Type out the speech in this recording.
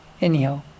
Anyhow